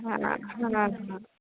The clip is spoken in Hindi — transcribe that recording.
हाँ हाँ हाँ हाँ